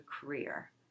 career